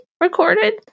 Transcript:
recorded